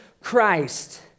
Christ